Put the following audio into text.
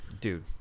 dude